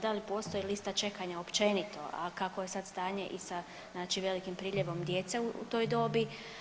Da li postoji lista čekanja općeniti, a kako je sad stanje i sa velikim priljevom djece u toj dobi?